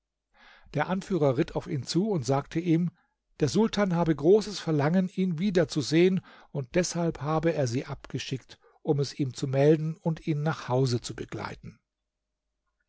der anführer ritt auf ihn zu und sagte ihm der sultan habe großes verlangen ihn wieder zu sehen und deshalb habe er sie abgeschickt um es ihm zu melden und ihn nach hause zu begleiten